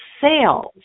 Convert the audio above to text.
sales